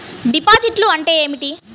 డిపాజిట్లు అంటే ఏమిటి?